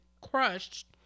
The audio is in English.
crushed